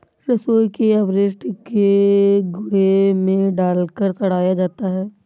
रसोई के अपशिष्ट को गड्ढे में डालकर सड़ाया जाता है